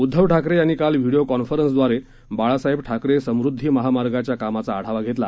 उद्धव ठाकरे यांनी काल व्हिडिओ कॉन्फरन्सद्वारे बाळासाहेब ठाकरे समुद्धी महामार्गाच्या कामाचा आढावा घेतला